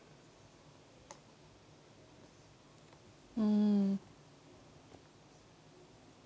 mm